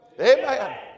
Amen